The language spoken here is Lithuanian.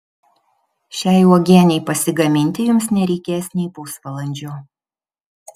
šiai uogienei pasigaminti jums nereikės nei pusvalandžio